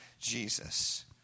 Jesus